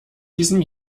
diesem